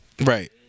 Right